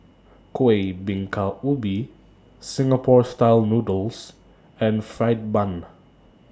Kueh Bingka Ubi Singapore Style Noodles and Fried Bun